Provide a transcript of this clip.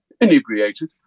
inebriated